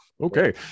okay